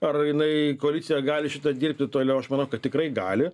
ar jinai koalicija gali šita dirbti toliau aš manau kad tikrai gali